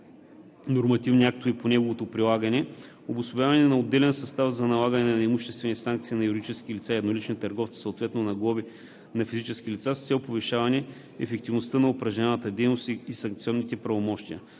нормативни актове по неговото прилагане, и обособяване на отделен състав за налагане на имуществени санкции на юридическите лица и едноличните търговци, съответно на глоби на физическите лица, с цел повишаване ефективността на упражняваната дейност и санкционните правомощия.